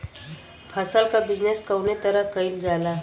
फसल क बिजनेस कउने तरह कईल जाला?